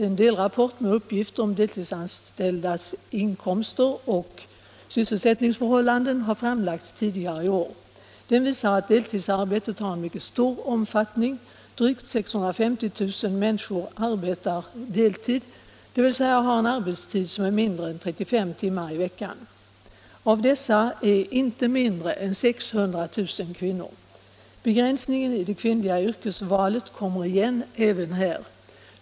En delrapport med uppgifter om deltidsanställdas inkomster och sysselsättningsförhållanden har framlagts tidigare i år. Den visar att deltidsarbetet har en mycket stor omfattning. Drygt 650 000 människor arbetar deltid, dvs. har en arbetstid på mindre än 35 timmar i veckan. Av dessa är inte mindre än 600 000 kvinnor. Begränsningen i det kvinnliga yrkesvalet kommer igen även här.